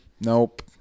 Nope